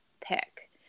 pick